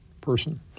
person